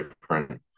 different